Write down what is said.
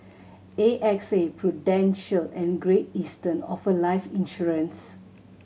A X A Prudential and Great Eastern offer life insurance